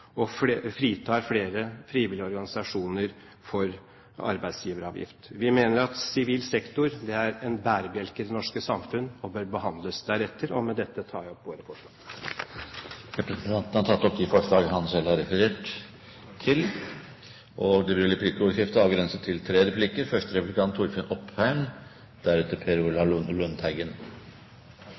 og fritar flere frivillige organisasjoner for arbeidsgiveravgift. Vi mener at sivil sektor er en bærebjelke i det norske samfunn og bør behandles deretter. Med dette tar jeg opp våre forslag. Representanten Hans Olav Syversen har tatt opp de forslagene han refererte til. Det blir replikkordskifte.